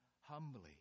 humbly